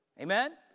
Amen